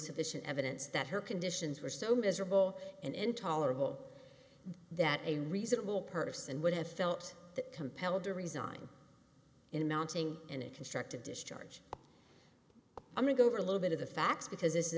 sufficient evidence that her conditions were so miserable and intolerable that a reasonable person would have felt that compelled to resign in a mounting and constructive discharge i'm going over a little bit of the facts because this is